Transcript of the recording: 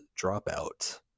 Dropout